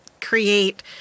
create